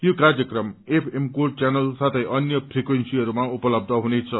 यो कार्यक्रम FM gold channel साथै अन्य फ्रिक्वेन्सीहरूमा उपलब्ध हुनेछ